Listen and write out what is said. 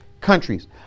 countries